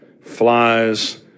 flies